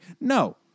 No